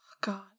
God